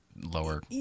lower